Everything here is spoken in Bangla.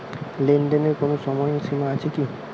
লেনদেনের কোনো সীমা আছে কি?